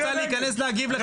רוצה להיכנס ולהגיב לך,